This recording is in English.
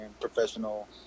professional